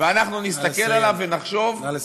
ואנחנו נסתכל עליו ונחשוב, נא לסיים.